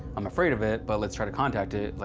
i'm afraid of it, but let's try to contact it,